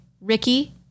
Ricky